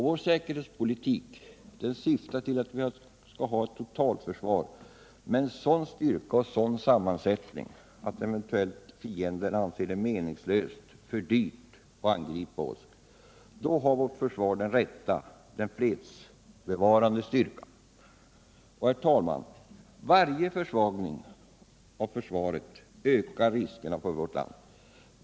Vår säkerhetspolitik syftar till att vi skall ha ett totalförsvar av en sådan styrka och med en sådan sammansättning att en eventuell fiende anser det meningslöst — för dyrt — att angripa oss. Då har vårt försvar den rätta — den fredsbevarande styrkan. Herr talman! Varje försvagning av försvaret ökar riskerna för vårt land.